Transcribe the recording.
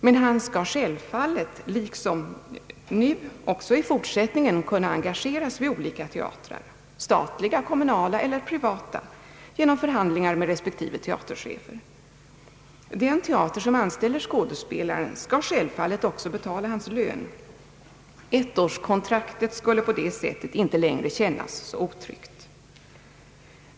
Självfallet skall han liksom nu också i fortsättningen kunna engageras vid olika teatrar — statliga, kommunala eller privata — genom förhandlingar med respektive teaterchef, och den teater som anställer skådespelaren skall givetvis också betala hans lön. Ettårskontraktet skulle på det sättet inte längre kännas så otryggt.